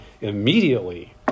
immediately